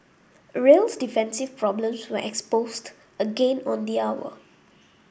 real's defensive problems were exposed again on the hour